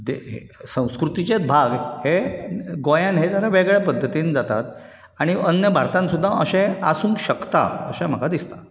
दे संस्कृतीचे भाग हे गोंयान हे जरा वेगळ्या पध्दतीन जातात आनी अन्य भारतान सुद्दां अशे आसूंक शकता अशें म्हाका दिसता